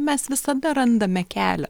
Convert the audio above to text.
mes visada randame kelią